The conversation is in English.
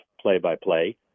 play-by-play